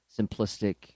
simplistic